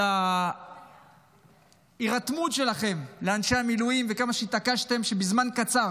על ההירתמות שלכם לאנשי המילואים וכמה שהתעקשתם שבזמן קצר